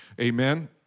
amen